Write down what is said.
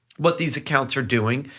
what these accounts are doing,